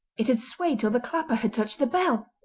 it had swayed till the clapper had touched the bell.